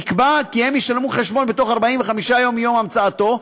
נקבע כי הם ישלמו חשבון בתוך 45 ימים מיום המצאתו,